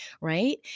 right